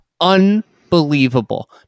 unbelievable